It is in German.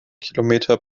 kilometer